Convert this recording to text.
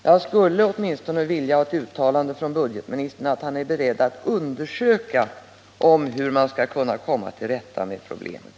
Jag skulle därför vilja ha åtminstone ett uttalande från budgetministern om att han är beredd att undersöka hur man skall kunna komma till rätta med problemet.